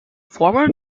former